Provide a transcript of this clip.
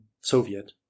Soviet